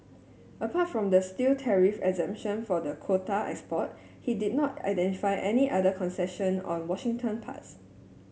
apart from the steel tariff exemption for the quota export he did not identify any other concession on Washington parts